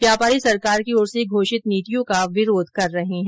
व्यापारी सरकार की ओर से घोषित नीतियों का विरोध जता रहे हैं